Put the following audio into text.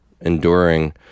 enduring